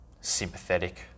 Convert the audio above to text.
sympathetic